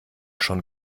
schon